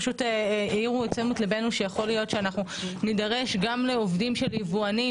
פשוט העירו את תשומת ליבנו שיכול להיות שאנחנו נידרש לעובדים של יבואנים